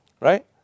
right